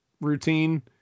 routine